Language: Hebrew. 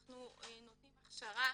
אנחנו נותנים הכשרה